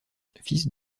fils